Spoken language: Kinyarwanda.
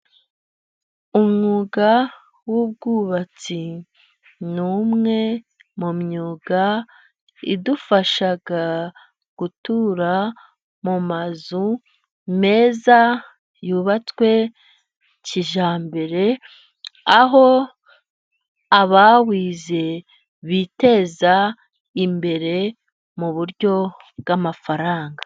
Umwuga w'ubwubatsi ni umwe mu myuga idufasha gutura mu mazu meza yubatswe kijyambere, aho abawize biteza imbere mu buryo bw'amafaranga.